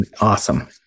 Awesome